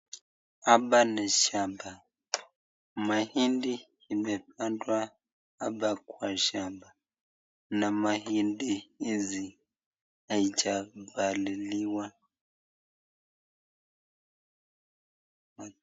Hapa ni shamba mahindi imepandwa hapa kwa shamba na mahindi hizi haijapaliliwa.